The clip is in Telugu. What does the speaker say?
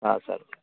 సరే